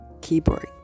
keyboard